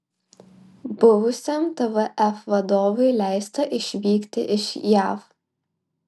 buvusiam tvf vadovui leista išvykti iš jav